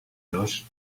los